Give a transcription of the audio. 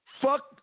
Fuck